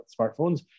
smartphones